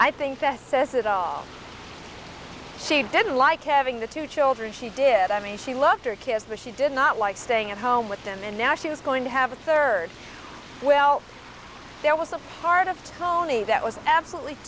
i think that says it all she didn't like having the two children she did i mean she loved her kids the she did not like staying at home with them and now she was going to have a third well there was a part of tony that was absolutely